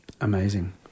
Amazing